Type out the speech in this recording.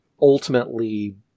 ultimately